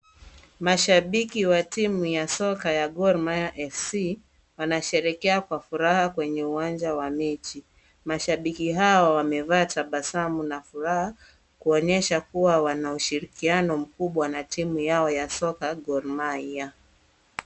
Mashabiki wa timu ya soka ya Gor Mahia FC, wanasherekea kwa furaha kwenye uwanja wa mechi. Mashabiki hawa wamevaa tabasamu na furaha, kuonyesha kuwa wana ushirikiano mkubwa na timu yao ya soka Gor Mahia.